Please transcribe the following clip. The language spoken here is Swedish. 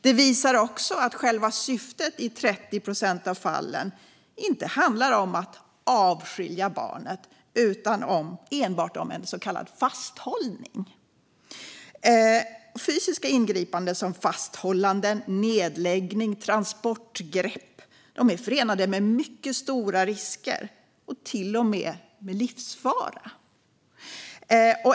Den visar också att själva syftet i 30 procent av fallen inte handlar om att avskilja barnen utan enbart om en så kallad fasthållning. Fysiska ingripanden som fasthållanden, nedläggning och transportgrepp är förenade med mycket stora risker och till och med livsfara.